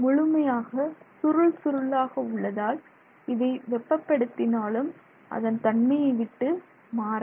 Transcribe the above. முழுமையாக சுருள் சுருளாக உள்ளதால் இதை வெப்பப் படுத்தினாலும் அதன் தன்மையை விட்டு மாறாது